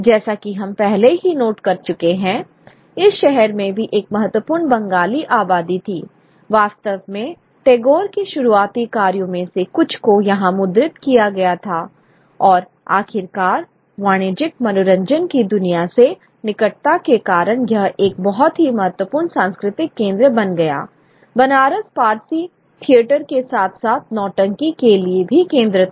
जैसा कि हम पहले ही नोट कर चुके हैं इस शहर में भी एक महत्वपूर्ण बंगाली आबादी थी वास्तव में टैगोर के शुरुआती कार्यों में से कुछ को यहां मुद्रित किया गया था और आखिरकार वाणिज्यिक मनोरंजन की दुनिया से निकटता के कारण यह एक बहुत ही महत्वपूर्ण सांस्कृतिक केंद्र बन गया बनारस पारसी थिएटर के साथ साथ नौटंकी के लिए भी केंद्र था